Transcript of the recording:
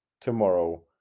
tomorrow